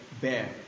bear